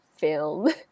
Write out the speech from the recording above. film